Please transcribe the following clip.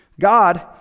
God